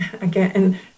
again